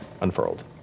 unfurled